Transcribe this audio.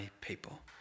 people